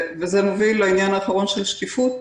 זה מוביל לעניין האחרון של שקיפות.